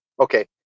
Okay